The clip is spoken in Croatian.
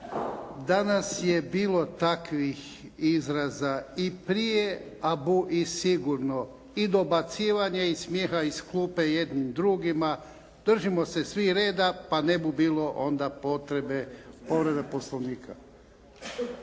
Danas je bilo takvih izraza i prije, a bu i sigurno i dobacivanja i smijeha iz klupe jedni drugima. Držimo se svi reda, pa ne bu bilo onda potrebe povrede Poslovnika.